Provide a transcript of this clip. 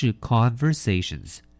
conversations